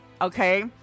Okay